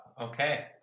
Okay